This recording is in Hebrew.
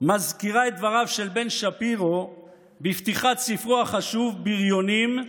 מזכירה את דבריו של בן שפירו בפתיחת ספרו החשוב "בריונים"